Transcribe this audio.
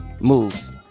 moves